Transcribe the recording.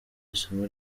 isomo